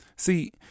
See